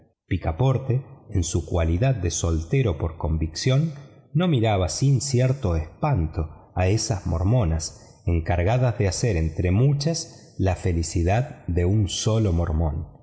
picaporte en su cualidad de soltero por convicción no miraba sin cierto espanto a esas mormonas encargadas de hacer entre muchas la felicidad de un solo mormón